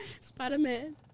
Spider-Man